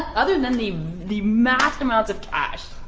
other than the the massive amounts of cash.